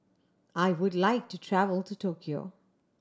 I would like to travel to Tokyo